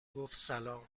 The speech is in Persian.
گفتسلام